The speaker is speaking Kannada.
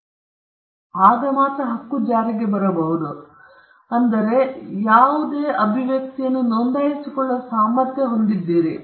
ಆದ್ದರಿಂದ ಹಕ್ಕುಗಳನ್ನು ಅವರು ಜಾರಿಗೆ ತರಬಹುದು ಮತ್ತು ಅವರು ನೋಂದಾಯಿಸಿಕೊಳ್ಳುವ ಸಾಮರ್ಥ್ಯ ಹೊಂದಿವೆ